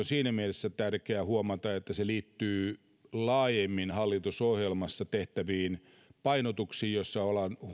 siinä mielessä tärkeää huomata että se liittyy laajemmin hallitusohjelmassa tehtäviin painotuksiin joissa ollaan